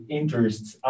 interests